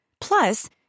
Plus